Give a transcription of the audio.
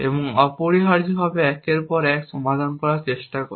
এবং অপরিহার্যভাবে একের পর এক সমাধান করার চেষ্টা করে